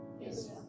Yes